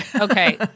okay